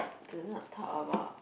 do not talk about